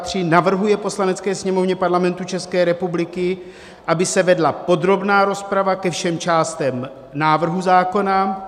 III. navrhuje Poslanecké sněmovně Parlamentu ČR, aby se vedla podrobná rozprava ke všem částem návrhu zákona,